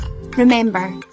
Remember